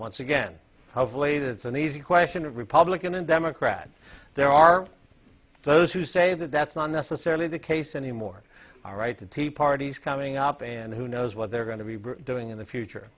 once again of late it's an easy question of republican and democrat there are those who say that that's not necessarily the case anymore all right the tea parties coming up and who knows what they're going to be doing in the future